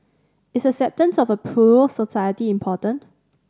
is acceptance of a plural society important